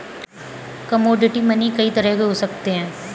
commodity money कई तरह के हो सकते हैं